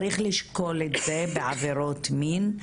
צריך לשקול את זה בעבירות מין,